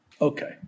Okay